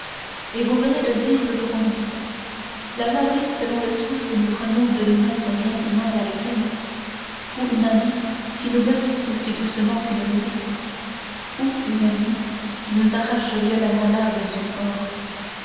et vous venez de dire le grand mot la mort est selon le soin que nous prenons de nous mettre bien ou mal avec elle ou une amie qui nous berce aussi doucement qu'une nourrice ou une ennemie qui nous arrache violemment l'âme du corps